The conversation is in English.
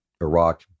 Iraq